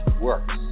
works